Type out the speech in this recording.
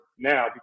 Now